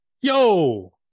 Yo